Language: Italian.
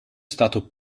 stato